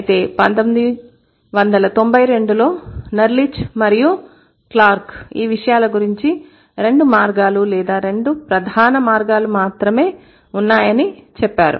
అయితే 1992లో నెర్లిచ్ మరియు క్లార్క్ ఈ విషయాల గురించి రెండు మార్గాలు లేదా రెండు ప్రధాన మార్గాలు మాత్రమే ఉన్నాయని చెప్పారు